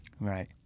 Right